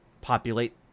populate